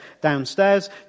downstairs